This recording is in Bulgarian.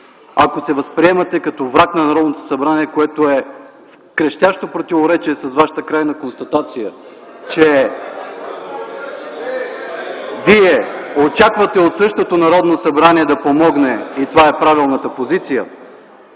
ако се възприемате като враг на Народното събрание, което в крещящо противоречие с Вашата крайна констатация (оживление), че Вие очаквате от същото Народно събрание да помогне и това е правилната позиция,